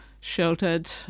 sheltered